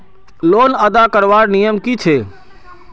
Loan अदा करवार नियम की छे?